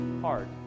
hard